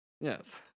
Yes